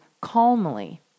calmly